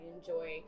enjoy